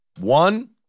One